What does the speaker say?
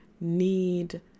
need